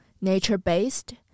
nature-based